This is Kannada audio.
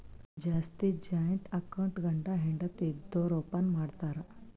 ಜಾಸ್ತಿ ಜಾಯಿಂಟ್ ಅಕೌಂಟ್ ಗಂಡ ಹೆಂಡತಿ ಇದ್ದೋರು ಓಪನ್ ಮಾಡ್ತಾರ್